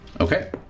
Okay